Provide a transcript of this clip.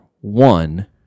one